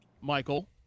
Michael